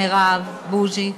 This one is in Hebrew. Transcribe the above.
מרב, בוז'י.